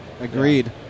Agreed